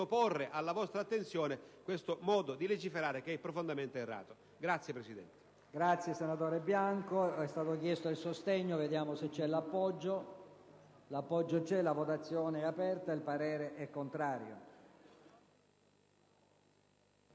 sottoporre alla vostra attenzione che questo modo di legiferare è profondamente errato,